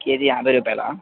KG యాభై రుపాయలా